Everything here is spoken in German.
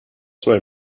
zwei